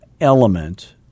element